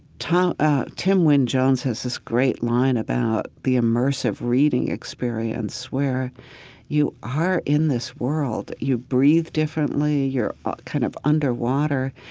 ah tim wynne-jones has this great line about the immersive reading experience, where you are in this world. you breathe differently, you're kind of underwater.